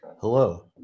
hello